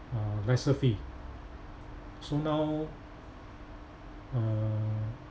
uh vessel fee so now uh